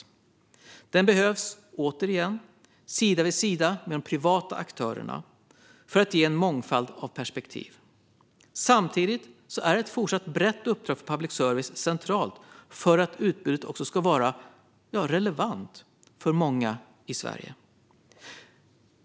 Public service behövs, återigen, sida vid sida med de privata aktörerna för att ge en mångfald av perspektiv. Samtidigt är ett fortsatt brett uppdrag för public service centralt för att utbudet ska vara relevant för många i Sverige.